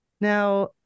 Now